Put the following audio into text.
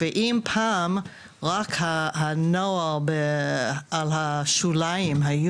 ואם פעם רק הנוער על השוליים היו